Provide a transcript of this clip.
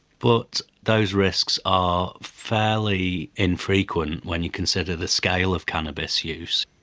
but those risks are fairly infrequent when you consider the scale of cannabis use.